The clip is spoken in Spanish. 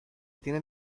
tienen